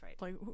right